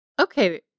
Okay